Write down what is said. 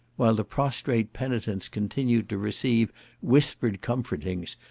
while the prostrate penitents continued to receive whispered comfortings,